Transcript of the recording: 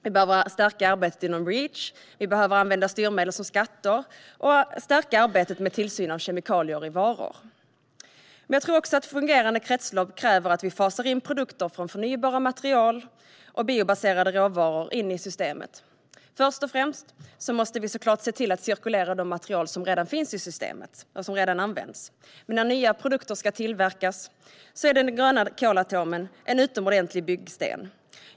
Vi behöver stärka arbetet inom Reach, använda styrmedel som skatter och stärka arbetet med tillsyn av kemikalier i varor. Men jag tror också att ett fungerande kretslopp kräver att vi fasar in produkter från förnybara material och biobaserade råvaror i systemet. Först och främst måste vi såklart se till att cirkulera de material som redan används, men när nya produkter ska tillverkas är den gröna kolatomen en utomordentlig byggsten.